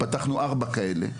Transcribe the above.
פתחנו חמישה כאלה,